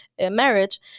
marriage